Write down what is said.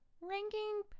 ranking